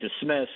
dismissed